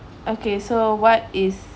okay so what is